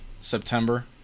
September